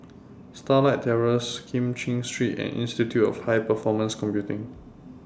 Starlight Terrace Kim Cheng Street and Institute of High Performance Computing